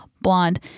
blonde